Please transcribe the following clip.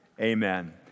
amen